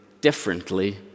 differently